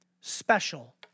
special